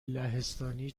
لهستانی